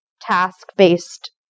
task-based